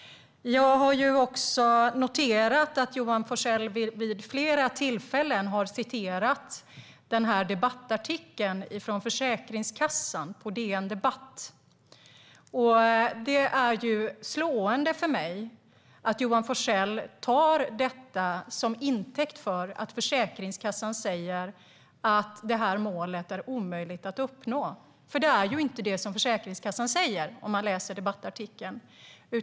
Jag har också noterat att Johan Forssell vid flera tillfällen har citerat debattartikeln från Försäkringskassan på DN Debatt. Det är slående för mig att Johan Forssell tar detta till intäkt för att Försäkringskassan säger att det här målet är omöjligt att uppnå. Det är ju inte det Försäkringskassan säger i debattartikeln.